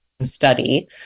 study